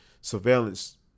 surveillance